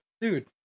Dude